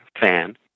fan